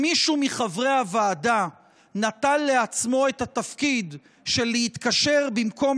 אם מישהו מחברי הוועדה נטל לעצמו את התפקיד של להתקשר במקום